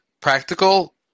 practical